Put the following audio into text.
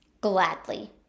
Gladly